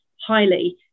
highly